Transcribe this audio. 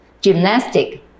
gymnastic